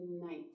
night